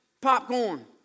popcorn